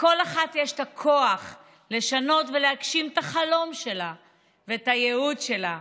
לכל אחת יש את הכוח לשנות ולהגשים את החלום שלה ואת הייעוד שלה.